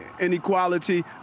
inequality